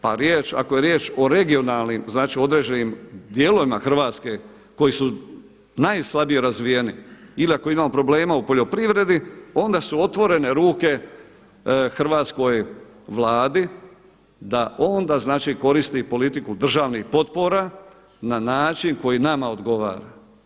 Pa ako je riječ o regionalnim, znači određenim dijelovima Hrvatske koji su najslabije razvijeni, ili ako imamo problema u poljoprivredi onda su otvorene ruke hrvatskoj Vladi da onda znači koristi politiku državnih potpora na način koji nama odgovara.